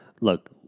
Look